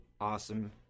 awesome